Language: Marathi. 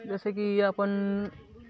जसं की आपण